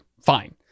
Fine